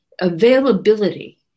availability